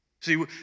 See